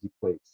place